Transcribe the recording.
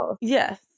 yes